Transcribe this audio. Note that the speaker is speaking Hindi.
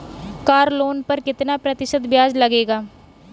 कार लोन पर कितना प्रतिशत ब्याज लगेगा?